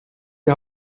die